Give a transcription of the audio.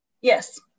Yes